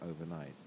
overnight